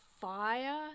fire